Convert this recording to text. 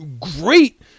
great –